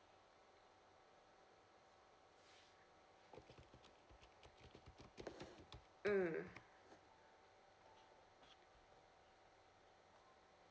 mm